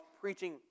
preaching